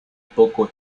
poco